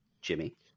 Jimmy